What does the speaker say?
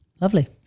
lovely